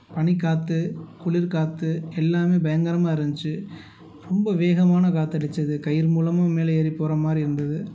பனி காற்று குளிர் காற்று எல்லாமே பயங்கரமாக இருந்துச்சு ரொம்ப வேகமான காற்று அடித்தது கயிறு மூலமாக மேலே ஏறி போகிற மாதிரி இருந்தது